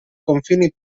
confini